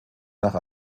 nach